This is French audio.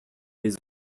les